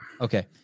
okay